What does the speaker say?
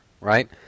right